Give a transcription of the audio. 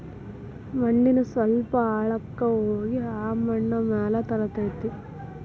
ಮಣ್ಣಿನ ಸ್ವಲ್ಪ ಆಳಕ್ಕ ಹೋಗಿ ಆ ಮಣ್ಣ ಮ್ಯಾಲ ತರತತಿ